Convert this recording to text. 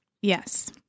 yes